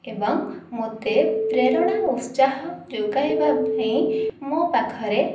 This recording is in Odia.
ଏବଂ ମୋତେ ପ୍ରେରଣା ଉତ୍ସାହ ଯୋଗାଇବା ପାଇଁ ମୋ ପାଖରେ